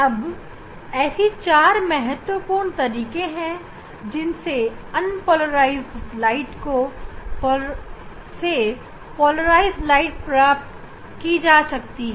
अब ऐसे चार महत्वपूर्ण तरीके हैं जिनसे अनपोलराइज्ड प्रकाश से पोलराइज्ड प्रकाश को प्राप्त किया जा सकता है